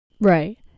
Right